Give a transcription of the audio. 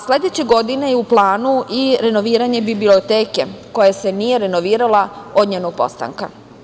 Sledeće godine je u planu i renoviranje biblioteke koja nije renovirana od njenog postanka.